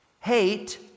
hate